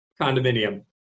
condominium